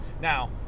Now